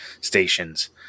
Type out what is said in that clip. stations